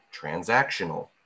transactional